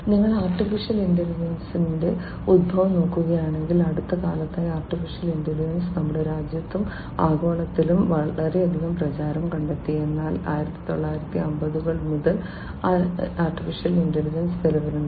നിങ്ങൾ AI യുടെ ഉത്ഭവം നോക്കുകയാണെങ്കിൽ അടുത്ത കാലത്തായി AI നമ്മുടെ രാജ്യത്തും ആഗോളതലത്തിലും വളരെയധികം പ്രചാരം കണ്ടെത്തി എന്നാൽ 1950 കൾ മുതൽ AI നിലവിലുണ്ട്